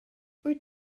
wyt